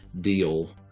deal